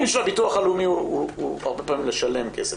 התפקיד של הביטוח הלאומי הרבה פעמים הוא לשלם כסף.